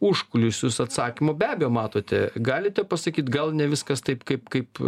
užkulisius atsakymų be abejo matote galite pasakyt gal ne viskas taip kaip kaip